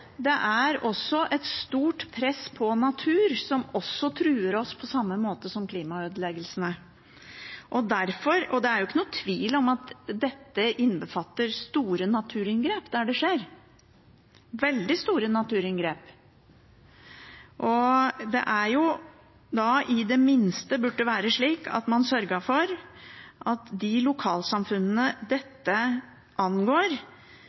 det er også et stort press på naturen, som truer oss på samme måte som klimaødeleggelsene. Det er jo ikke noen tvil om at dette innbefatter store naturinngrep der det skjer – veldig store naturinngrep. Det burde i det minste være slik at man sørget for at de lokalsamfunnene dette angår, i hvert fall hadde noe igjen. Det